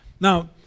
Now